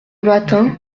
matin